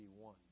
one